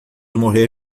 morrer